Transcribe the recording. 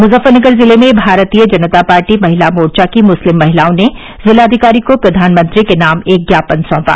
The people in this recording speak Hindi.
मुजफ्फरनगर जिले में भारतीय जनता पार्टी महिला मोर्चा की मुस्लिम महिलाओं ने जिलाधिकारी को प्रधानमंत्री के नाम एक ज्ञापन सौंपा